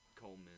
Coleman